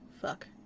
Fuck